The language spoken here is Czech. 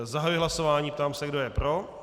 Zahajuji hlasování a ptám se, kdo je pro?